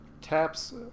taps